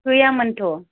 गैयामोनथ'